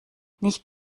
nicht